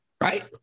Right